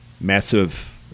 massive